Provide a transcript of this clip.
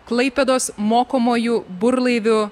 klaipėdos mokomuoju burlaiviu